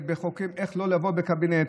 איך לא לבוא לקבינט,